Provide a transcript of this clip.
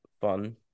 fun